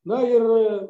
na ir